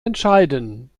entscheiden